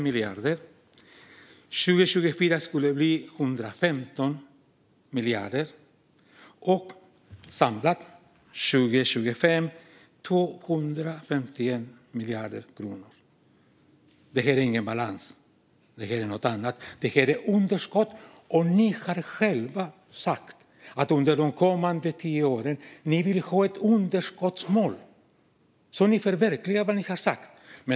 Under 2024 skulle det bli 115 miljarder, och samlat skulle det bli 251 miljarder kronor 2025. Det är ingen balans. Det är något annat, nämligen underskott. Ni har också själva sagt att ni vill ha ett underskottsmål under de kommande tio åren, så att ni kan förverkliga vad ni har sagt.